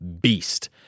beast